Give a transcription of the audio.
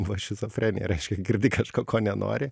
va šizofrenija reiškia girdi kažko ko nenori